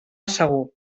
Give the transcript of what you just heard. segur